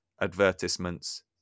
advertisements